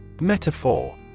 Metaphor